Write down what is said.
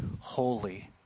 Holy